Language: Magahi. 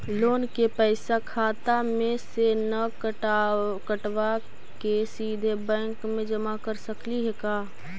लोन के पैसा खाता मे से न कटवा के सिधे बैंक में जमा कर सकली हे का?